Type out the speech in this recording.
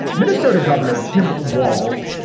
minnesota governor tim walz.